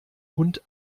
hund